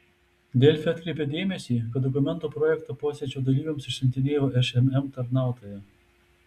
delfi atkreipia dėmesį kad dokumento projektą posėdžio dalyviams išsiuntinėjo šmm tarnautoja